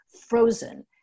frozen